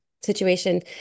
situation